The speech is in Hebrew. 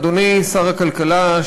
אדוני שר הכלכלה,